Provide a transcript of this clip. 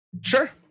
Sure